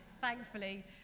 thankfully